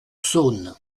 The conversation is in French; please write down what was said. saône